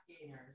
gainers